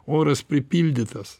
oras pripildytas